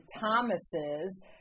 Thomas's